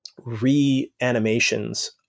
reanimations